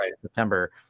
September